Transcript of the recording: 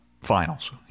finals